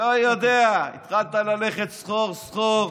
לא יודע, התחלת ללכת סחור-סחור,